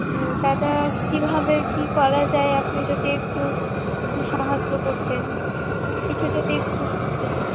তো দাদা কীভাবে কি করা যায় আপনি যদি একটু কিছু সাহায্য করতেন কিছু যদি একটু বলে দিতেন